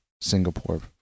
Singapore